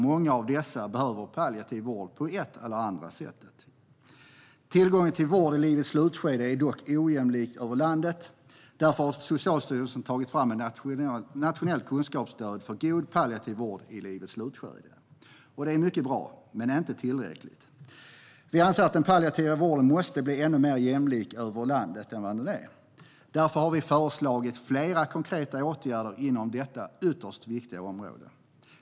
Många av dem behöver palliativ vård på ett eller annat sätt. Tillgången till vård i livets slutskede är dock ojämlik över landet. Därför har Socialstyrelsen tagit fram Nationellt kunskapsstöd för god palliativ vård i livets slutskede . Det är mycket bra, men det är inte tillräckligt. Den palliativa vården måste bli mer jämlik över landet. Därför har vi föreslagit flera konkreta åtgärder inom detta ytterst viktiga område.